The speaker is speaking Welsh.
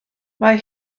mae